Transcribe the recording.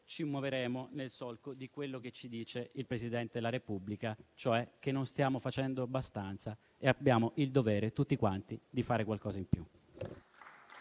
ci muoveremo nel solco di quello che ci dice il Presidente della Repubblica, cioè che non stiamo facendo abbastanza e abbiamo il dovere tutti quanti di fare qualcosa in più.